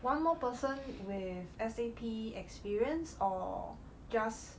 one more person with S_A_P experience or just